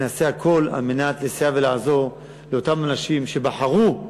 נעשה הכול על מנת לסייע ולעזור לאותם אנשים שבחרו,